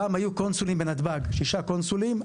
פעם היו שישה קונסולים בנתב"ג.